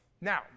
Now